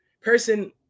Person